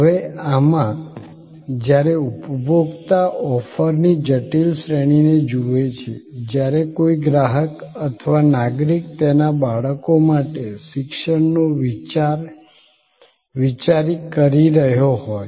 હવે આમાં જ્યારે ઉપભોક્તા ઓફરની જટિલ શ્રેણીને જુએ છે જ્યારે કોઈ ગ્રાહક અથવા નાગરિક તેના બાળકો માટે શિક્ષણનો વિચારી કરી રહ્યો હોય